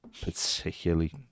particularly